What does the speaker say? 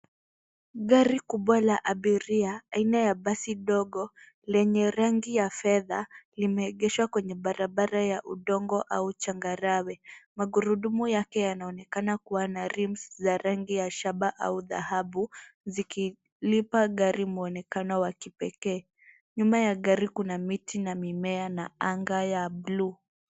Gari kubwa la abiria aina ya basi dogo lenye rangi ya fedha limeegeshwa kwenye barabara ya udongo au changarawe. Magurudumu yake yanaonekana kuwa na rims za rangi ya shaba au dhahabu zikilipa gari mwonekano wa kipekee. Nyuma ya gari kuna miti na mimea na anga ya blue .